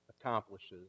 accomplishes